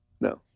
no